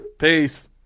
Peace